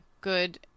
good